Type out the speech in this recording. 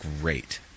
great